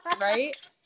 right